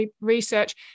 research